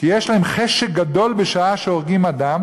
"כי יש להם חשק גדול בשעה שהורגים אדם